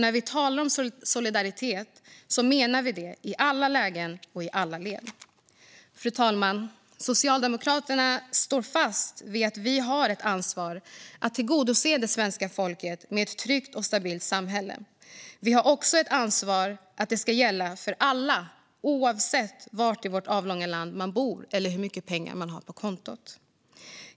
När vi talar om solidaritet menar vi det i alla lägen och i alla led. Fru talman! Socialdemokraterna står fast vid att vi har ett ansvar för att tillgodose det svenska folkets behov av ett tryggt och stabilt samhälle. Vi har också ett ansvar för att det ska gälla för alla, oavsett var i vårt avlånga land man bor eller hur mycket pengar man har på kontot.